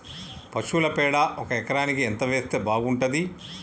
పశువుల పేడ ఒక ఎకరానికి ఎంత వేస్తే బాగుంటది?